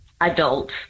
adult